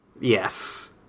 Yes